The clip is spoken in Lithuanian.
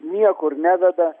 niekur neveda